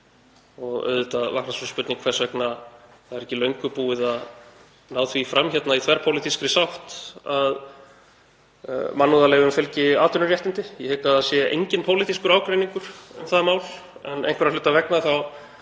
Auðvitað vaknar sú spurning hvers vegna það er ekki löngu búið að ná því fram í þverpólitískri sátt að mannúðarleyfum fylgi atvinnuréttindi. Ég hygg að það sé enginn pólitískur ágreiningur um það mál en einhverra hluta vegna er